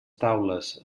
taules